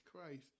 Christ